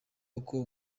uko